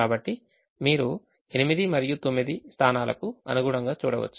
కాబట్టి మీరు 8 మరియు 9 స్థానాలకు అనుగుణంగా చూడవచ్చు